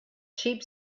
cheap